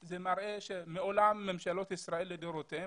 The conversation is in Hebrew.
זה מראה שמעולם ממשלת ישראל לדורותיהם,